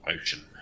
ocean